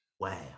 Wow